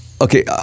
Okay